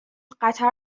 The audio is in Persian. قطر